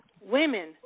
women